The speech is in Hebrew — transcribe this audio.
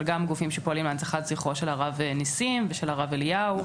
גם גופים שפועלים להנצחת זכרו של הרב ניסים ושל הרב אליהו,